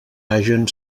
hagen